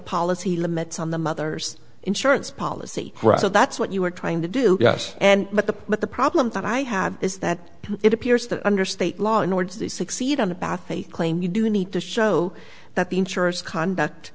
policy limits on the mother's insurance policy so that's what you were trying to do yes and but the but the problem that i had is that it appears that under state law in order to succeed on a path a claim you do need to show that the insurers conduct